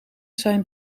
zijn